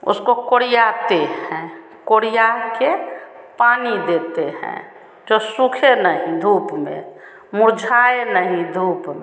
उसको कोड़ियाते हैं कोड़िया के पानी देते हैं जो सूखे नहीं धूप में मुरझाए नहीं धूप में